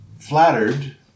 flattered